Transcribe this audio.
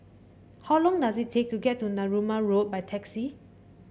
how long does it take to get to Narooma Road by taxi